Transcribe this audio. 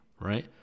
right